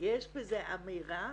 יש בזה אמירה